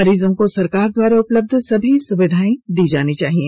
मरीजों को सरकार द्वारा उपलब्ध सभी सुविधाए मिलनी चाहिए